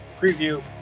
preview